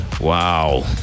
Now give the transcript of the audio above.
Wow